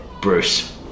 Bruce